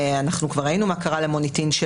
אנחנו כבר ראינו מה קרה למוניטין של